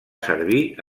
servir